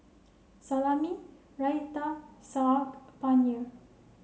Salami Raita Saag Paneer